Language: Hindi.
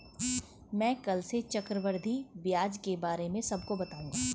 मैं कल से चक्रवृद्धि ब्याज के बारे में सबको बताऊंगा